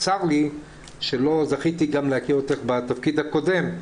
צר לי שלא זכיתי גם להכיר אותך בתפקיד הקודם.